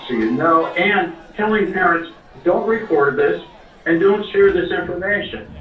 so you know, and telling parents, don't record this and don't share this information,